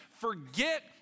forget